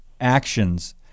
actions